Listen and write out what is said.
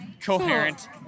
Coherent